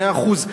מאה אחוז.